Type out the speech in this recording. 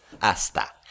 hasta